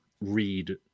read